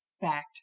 fact